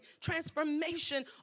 transformation